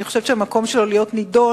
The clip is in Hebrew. אני חושבת שהמקום שלו במליאה,